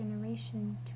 generation